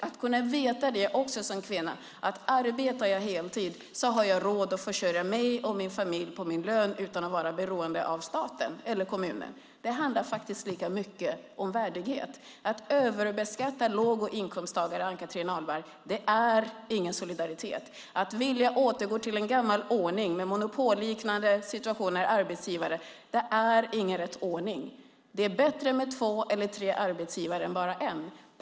Det handlar om att man som kvinna kan veta att man, om man arbetar heltid, kan försörja sig och sin familj på sin lön utan att vara beroende av stat eller kommun. Det handlar om värdighet. Att överbeskatta låg och medelinkomsttagare är inte solidaritet, Ann-Christin Ahlberg. Att vilja återgå till en gammal ordning med en monopolliknande arbetsgivarsituation är inte rätt ordning. Det är bättre med två eller tre arbetsgivare än bara en.